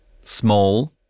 Small